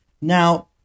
Now